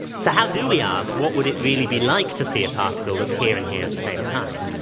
so how do we ask, what would it really be like to see a particle that's here and here at the same time?